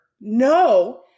no